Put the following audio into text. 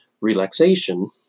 relaxation